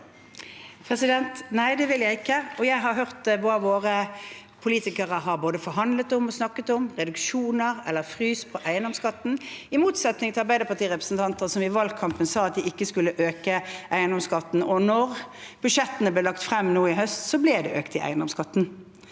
Nei, det vil jeg ikke. Jeg har hørt hva våre politikere har både forhandlet om og snakket om, reduksjoner eller frys i eiendomsskatten, i motsetning til Arbeiderparti-representanter, som i valgkampen sa at de ikke skulle øke eiendomsskatten. Da budsjettene ble lagt frem nå i høst, ble det økninger i eiendomsskatten.